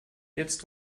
jetzt